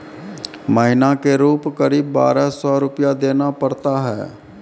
महीना के रूप क़रीब बारह सौ रु देना पड़ता है?